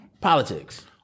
Politics